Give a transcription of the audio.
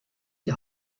die